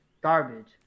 Garbage